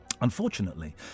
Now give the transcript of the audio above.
Unfortunately